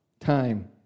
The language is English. time